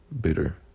bitter